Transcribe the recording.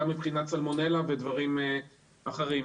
גם מבחינת סלמונלה ודברים אחרים.